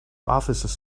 offices